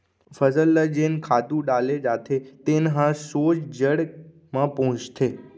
फसल ल जेन खातू डाले जाथे तेन ह सोझ जड़ म पहुंचथे